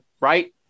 Right